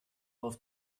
auf